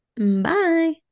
Bye